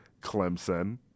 Clemson